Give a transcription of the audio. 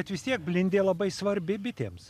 bet vis tiek blindė labai svarbi bitėms